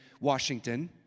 Washington